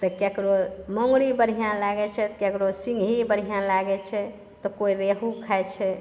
तऽ केकरो मङुरी बढ़िआँ लागै छै तऽ केकरो सिङही बढ़िआँ लागै छै तऽ केओ रेहू खाइ छै